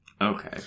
Okay